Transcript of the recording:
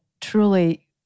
truly